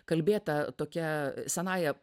kalbėta tokia senąja